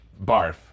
barf